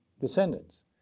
descendants